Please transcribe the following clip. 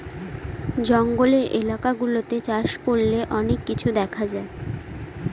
জঙ্গলের এলাকা গুলাতে চাষ করলে অনেক কিছু দেখা যায়